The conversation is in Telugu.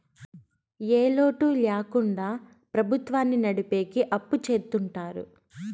ఏ లోటు ల్యాకుండా ప్రభుత్వాన్ని నడిపెకి అప్పు చెత్తుంటారు